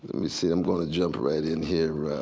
let me see, i'm going to jump right in here.